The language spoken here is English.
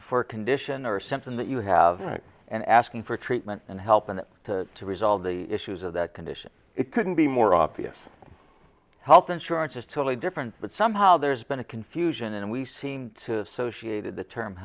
a condition or a symptom that you have and asking for treatment and helping it to resolve the issues of that condition it couldn't be more obvious health insurance is totally different but somehow there's been a confusion and we seemed to associated the term